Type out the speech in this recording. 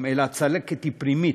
אלא הצלקת היא פנימית,